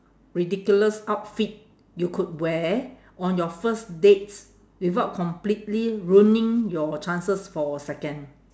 ridiculous outfit you could wear on your first dates without completely ruining your chances for a second